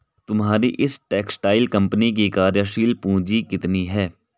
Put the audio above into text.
तुम्हारी इस textile company की कार्यशील पूंजी कितनी है?